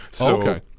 okay